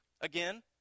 Again